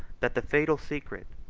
that the fatal secret,